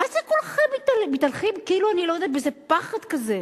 מה זה כולכם מתהלכים כאילו באיזה פחד כזה?